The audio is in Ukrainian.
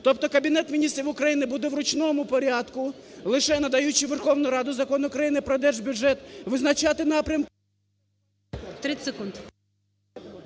тобто Кабінет Міністрів України буде в ручному порядку, лише надаючи в Верховну Раду Закон України про Держбюджет, визначати напрямки… ГОЛОВУЮЧИЙ